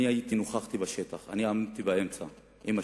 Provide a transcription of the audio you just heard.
אני נכחתי בשטח, עמדתי באמצע עם השוטרים.